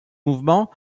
mouvement